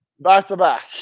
Back-to-back